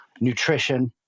nutrition